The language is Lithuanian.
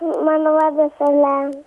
mano vardas elena